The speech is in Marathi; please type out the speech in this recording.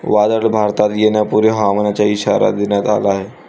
वादळ भारतात येण्यापूर्वी हवामानाचा इशारा देण्यात आला आहे